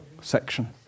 section